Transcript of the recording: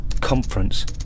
conference